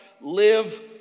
live